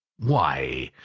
why,